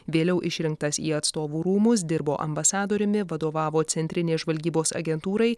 vėliau išrinktas į atstovų rūmus dirbo ambasadoriumi vadovavo centrinei žvalgybos agentūrai